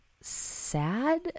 sad